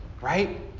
right